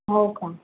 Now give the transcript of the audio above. हो का